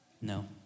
No